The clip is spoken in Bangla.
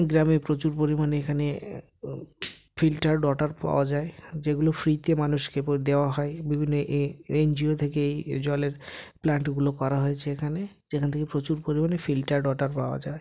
গ্রামে প্রচুর পরিমাণে এখানে ফিল্টার্ড ওয়াটার পাওয়া যায় যেগুলো ফ্রিতে মানুষকে দেওয়া হয় বিভিন্ন এ এ এনজিও থেকে জলের প্লান্টগুলো করা হয়েছে এখানে এখান থেকে প্রচুর পরিমাণে ফিল্টার্ড ওয়াটার পাওয়া যায়